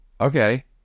okay